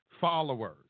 followers